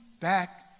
back